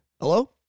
Hello